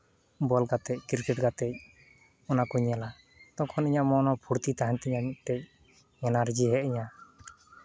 ᱵᱚᱞ ᱜᱟᱛᱮ ᱠᱨᱤᱠᱮᱴ ᱜᱟᱛᱮ ᱚᱱᱟ ᱠᱚ ᱧᱮᱞᱟ ᱛᱚᱠᱷᱚᱱ ᱤᱧᱟᱹᱜ ᱢᱚᱱ ᱦᱚᱸ ᱯᱷᱩᱨᱛᱤ ᱛᱟᱦᱮᱱ ᱛᱤᱧᱟᱹ ᱢᱤᱫᱴᱮᱡ ᱮᱱᱟᱨᱡᱤ ᱦᱮᱡ ᱤᱧᱟᱹ